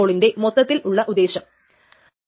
അത് basic time സ്റ്റാമ്പ്കളിൽ അനുവദിക്കാറില്ല